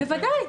בוודאי.